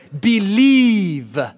believe